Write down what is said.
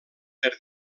per